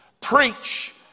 preach